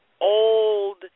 old